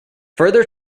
further